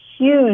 huge